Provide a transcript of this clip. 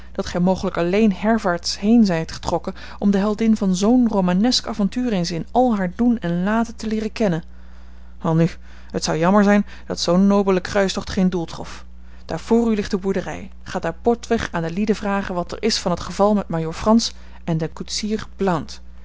dat gij mogelijk alleen herwaarts heen zijt getrokken om de heldin van zoo'n romanesk avontuur eens in al haar doen en laten te leeren kennen welnu het zou jammer zijn dat zoo'n nobele kruistocht geen doel trof daar vr u ligt de boerderij ga daar botweg aan de lieden vragen wat er is van het geval met majoor frans en den koetsier